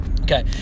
Okay